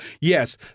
Yes